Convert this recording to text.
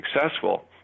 successful